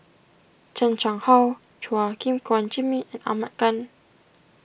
Chan Chang How Chua Gim Guan Jimmy and Ahmad Khan